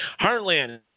Heartland